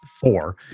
four